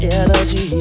energy